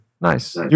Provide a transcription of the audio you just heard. Nice